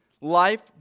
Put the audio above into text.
life